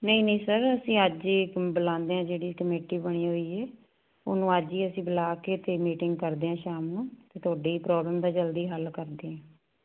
ਨਹੀਂ ਨਹੀਂ ਸਰ ਅਸੀਂ ਅੱਜ ਹੀ ਕਮ ਬੁਲਾਉਂਦੇ ਹਾਂ ਜਿਹੜੀ ਕਮੇਟੀ ਬਣੀ ਹੋਈ ਹੈ ਉਹਨੂੰ ਅੱਜ ਹੀ ਅਸੀਂ ਬੁਲਾ ਕੇ ਅਤੇ ਮੀਟਿੰਗ ਕਰਦੇ ਹਾਂ ਸ਼ਾਮ ਨੂੰ ਅਤੇ ਤੁਹਾਡੇ ਹੀ ਪ੍ਰੋਬਲਮ ਤਾਂ ਜਲਦੀ ਹੱਲ ਕਰਦੇ ਹਾਂ